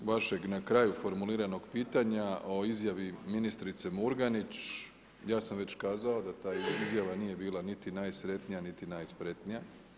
Što se tiče vašeg na kraju formuliranog pitanja o izjavi ministrice Murganić, ja sam već kazao da ta izjava nije bila niti najsretnija niti najspretnija.